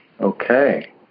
Okay